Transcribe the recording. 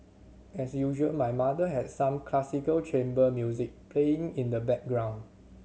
as usual my mother had some classical chamber music playing in the background